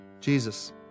Jesus